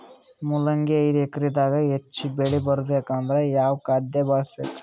ಮೊಲಂಗಿ ಐದು ಎಕರೆ ದಾಗ ಹೆಚ್ಚ ಬೆಳಿ ಬರಬೇಕು ಅಂದರ ಯಾವ ಖಾದ್ಯ ಬಳಸಬೇಕು?